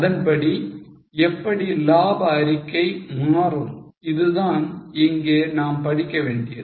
இதன்படி எப்படி லாப அறிக்கை மாறும் இதுதான் இங்கே நாம் படிக்க வேண்டியது